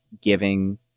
giving